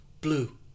Blue